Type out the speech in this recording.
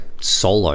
solo